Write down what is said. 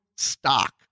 Stock